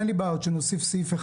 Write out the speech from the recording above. אין לי בעיה שנוסיף סעיף.